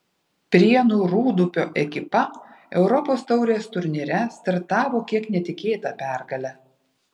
prienų rūdupio ekipa europos taurės turnyre startavo kiek netikėta pergale